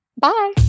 Bye